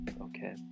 Okay